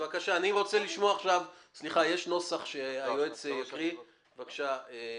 יש נוסח שהיועץ יקריא, בבקשה.